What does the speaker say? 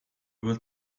will